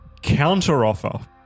Counteroffer